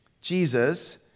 Jesus